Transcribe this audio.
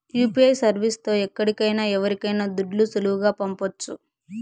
UPI service తో ఎక్కడికైనా ఎవరికైనా దుడ్లు సులువుగా పంపొచ్చు